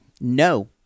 No